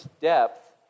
depth